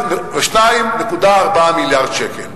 ב-2.4 מיליארד שקל.